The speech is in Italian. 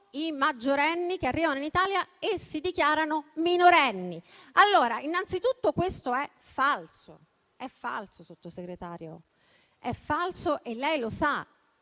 i maggiorenni che arrivano in Italia e si dichiarano minorenni. Innanzitutto, questo è falso. È falso, signor Sottosegretario, e lei lo sa.